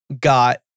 got